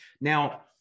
now